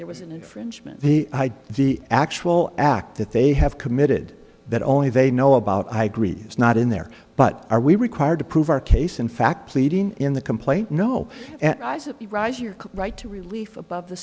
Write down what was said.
it was an infringement the actual act that they have committed that only they know about i agree it's not in there but are we required to prove our case in fact pleading in the complaint no right to relief above the